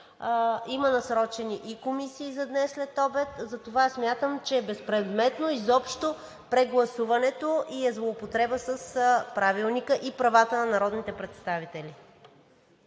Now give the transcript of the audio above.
има насрочени и комисии за днес след обяд, затова смятам, че е безпредметно изобщо прегласуването и е злоупотреба с Правилника и правата на народните представители.